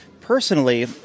personally